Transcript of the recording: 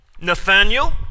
Nathaniel